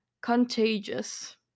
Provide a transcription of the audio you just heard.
Contagious